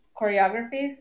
choreographies